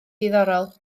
diddorol